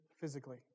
physically